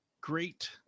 great